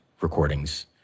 recordings